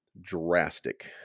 drastic